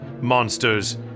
monsters